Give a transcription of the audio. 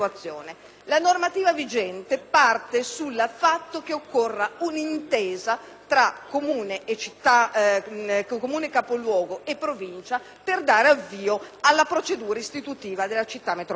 la quale parte dal fatto che occorre un'intesa tra Comune capoluogo e Provincia per dare avvio alla procedura istitutiva della città metropolitana.